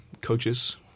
coaches